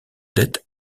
dettes